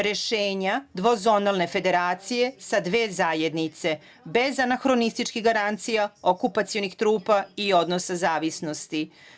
Rešenja dvozonalne federacije sa dve zajednice, bez anahronističkih garancija okupacionih trupa i odnosa zavisnosti.